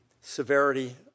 severity